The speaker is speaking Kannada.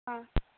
ಹಾಂ